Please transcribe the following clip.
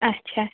اچھا